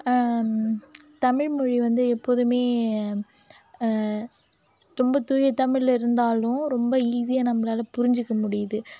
தமிழ்மொழி வந்து எப்போதுமே ரொம்ப தூய தமிழில் இருந்தாலும் ரொம்ப ஈஸியாக நம்மளால புரிஞ்சுக்க முடியுது